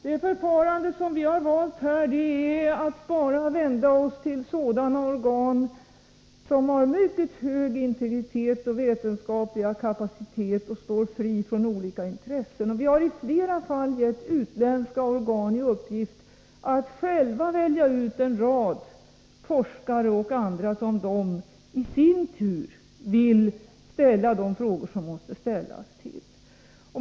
Det förfarande som vi har valt är att bara vända oss till sådana organ som har mycket hög integritet och vetenskaplig kapacitet och står fria från olika intressen. Vi hari flera fall gett utländska organ i uppgift att själva välja ut en rad forskare och andra, till vilka de i sin tur vill ställa de frågor som måste ställas.